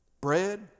Bread